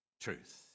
truth